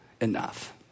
enough